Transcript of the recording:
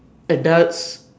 adults